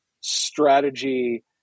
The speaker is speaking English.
strategy